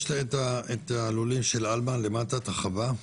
יש את הלולים של עלמה למטה, את החווה?